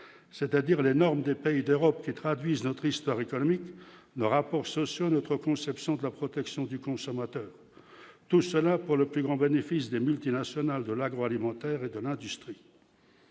c'est-à-dire les normes des pays d'Europe qui traduisent notre histoire économique nos rapports sociaux notre conception de la protection du consommateur, tout cela pour le plus grand bénéfice des multinationales de l'agroalimentaire et de l'industrie,